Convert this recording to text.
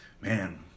Man